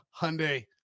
hyundai